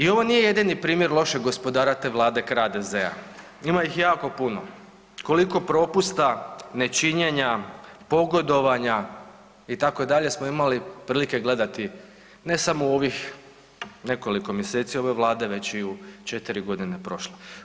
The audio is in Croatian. I ovo nije jedini primjer lošeg gospodara te Vlade KRADEZE-a, ima ih jako puno, koliko propusta, nečinjenja, pogodovanja itd., smo imali prilike gledati, ne samo u ovih nekoliko mjeseci ove vlade, već i u 4.g. prošle.